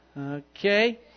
Okay